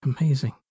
amazing